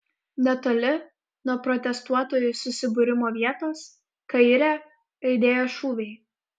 netoli nuo protestuotojų susibūrimo vietos kaire aidėjo šūviai